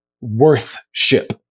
worth-ship